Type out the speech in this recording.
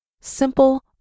Simple